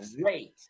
great